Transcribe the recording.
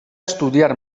estudiar